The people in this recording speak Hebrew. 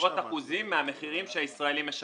בעשרות אחוזים מהמחירים שהישראלים משלמים.